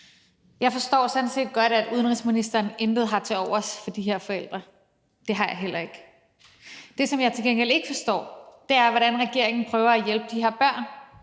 Jeg forstår sådan set godt, at udenrigsministeren intet har tilovers for de her forældre; det har jeg heller ikke. Det, som jeg til gengæld ikke forstår, er, hvordan regeringen prøver at hjælpe de her børn,